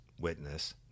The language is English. witness